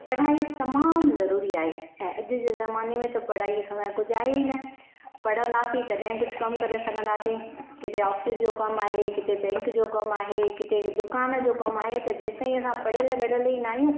पढ़ाई तमामु ज़रूरी आहे ऐं अॼ जे ज़माने में त पढ़ाई खां सिवा कुझु आहे ई न पढ़ंदासीं तॾहिं कुझु कमु करे सघंदासी किथे ऑफ़िस जो कमु आहे किथे बैंक जो कमु आहे किथे दुकान जो कमु आहे त जेसिताईं असां पढ़ियलु ॻढ़ियलु ई न आहियूं